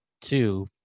Two